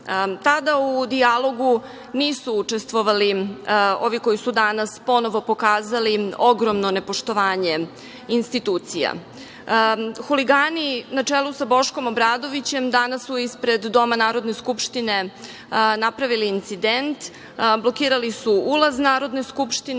Tada u dijalogu nisu učestvovali ovi koji su danas ponovo pokazali ogromno nepoštovanje institucija. Huligani, na čelu sa Boškom Obradovićem danas su ispred Doma Narodne Skupštine napravili incident. Blokirali su ulaz Narodne skupštine,